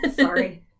sorry